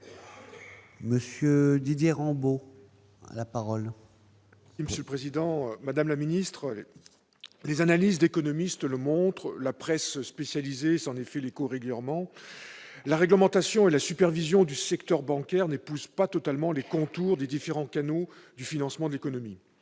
M. Didier Rambaud, pour le groupe La République En Marche. Madame la secrétaire d'État, les analyses d'économistes le montrent et la presse spécialisée s'en fait l'écho régulièrement : la réglementation et la supervision du secteur bancaire n'épousent pas totalement les contours des différents canaux du financement de l'économie.